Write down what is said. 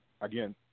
again